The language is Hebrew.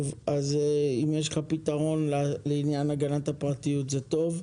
אם יש לך פתרון לעניין הגנת הפרטיות, זה טוב.